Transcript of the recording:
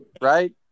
right